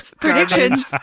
predictions